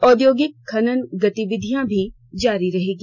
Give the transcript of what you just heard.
औद्योगिक खनन गतिविधियां भी जारी रहेगी